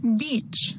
beach